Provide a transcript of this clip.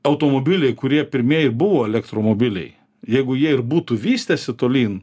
automobiliai kurie pirmieji ir buvo elektromobiliai jeigu jie ir būtų vystęsi tolyn